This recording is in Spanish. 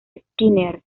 skinner